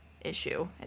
issue